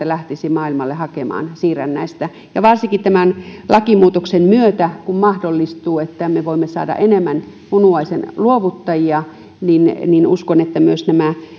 lähtisi maailmalle hakemaan siirrännäistä varsinkin kun tämän lakimuutoksen myötä mahdollistuu että me voimme saada enemmän munuaisen luovuttajia niin niin uskon että myös nämä